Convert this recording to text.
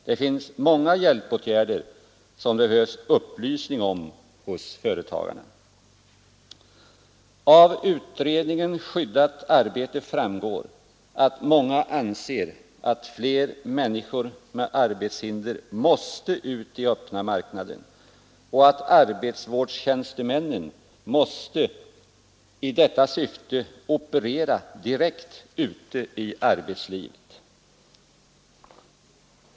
Det finns många hjälpåtgärder som det behövs upplysning om bland företagarna. Av utredningen Skyddat arbete framgår att många anser att fler människor med arbetshinder måste ut på den öppna marknaden och att arbetsvårdstjänstemännen i detta syfte måste operera direkt ute i arbetslivet.